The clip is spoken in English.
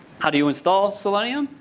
how do you install selenium?